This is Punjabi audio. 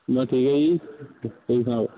ਬਸ ਠੀਕ ਹੈ ਜੀ ਤੁਸੀਂ ਸੁਣਾਓ